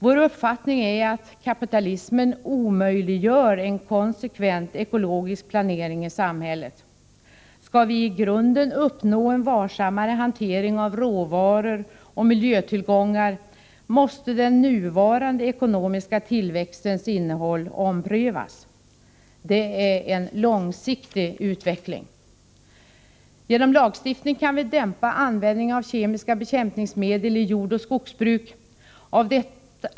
Vår uppfattning är att kapitalismen omöjliggör en konsekvent ekologisk planering i samhället. Skall vi uppnå en i grunden varsammare hantering av råvaror och miljötillgångar måste den nuvarande ekonomiska tillväxtens innehåll omprövas. Detta är en långsiktig utveckling. Genom lagstiftning kan vi dämpa användningen av kemiska bekämpningsmedel i jordoch skogsbruk.